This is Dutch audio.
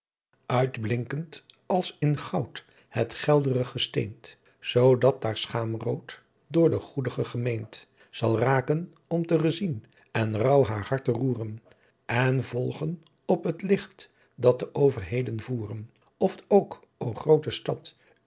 uitblinkend als in goudt het heldere gesteent zoodat daar schaamroodt door de goedige gemeent zal raaken om re zien en rouw haar harte roeren en volgen op het licht dat d'overheden voeren oft ook o groote stadt